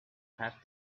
packed